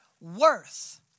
worth